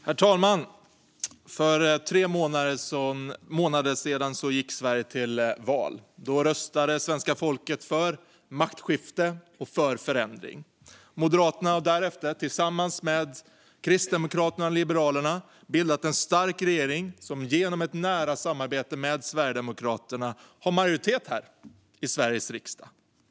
Herr talman! För tre månader sedan gick Sverige till val. Då röstade svenska folket för maktskifte och förändring. Moderaterna har därefter tillsammans med Kristdemokraterna och Liberalerna bildat en stark regering som genom ett nära samarbete med Sverigedemokraterna har majoritet i Sveriges riksdag.